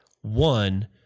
One